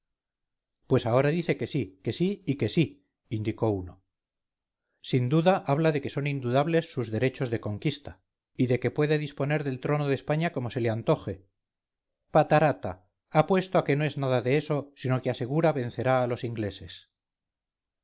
pues ahora dice que sí que sí y que sí indicó uno sin duda habla de que son indudables sus derechos de conquista y de que puede disponer del trono de españa como se le antoje patarata apuesto a que no es nada de eso sino que asegura vencerá a los ingleses